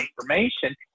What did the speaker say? information